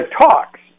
talks